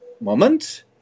moment